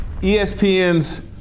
ESPN's